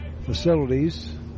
facilities